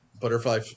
butterfly